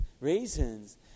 raisins